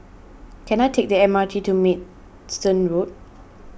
can I take the M R T to Maidstone Road